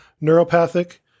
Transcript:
neuropathic